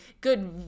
good